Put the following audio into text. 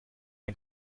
ein